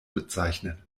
bezeichnet